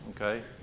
Okay